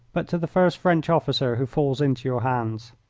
but to the first french officer who falls into your hands.